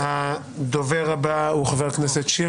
הדובר הבא חבר הכנסת שירי,